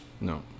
No